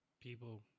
people